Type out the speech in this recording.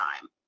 time